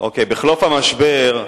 בחלוף המשבר,